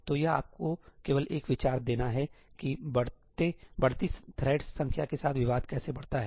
तो यह आपको केवल एक विचार देना है कि बढ़ती थ्रेड्स संख्या के साथ विवाद कैसे बढ़ता है